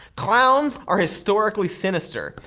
clowns are historically sinister.